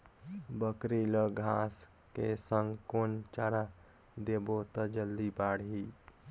बकरी ल घांस के संग कौन चारा देबो त जल्दी बढाही?